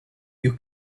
you